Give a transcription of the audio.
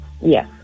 Yes